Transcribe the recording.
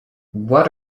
what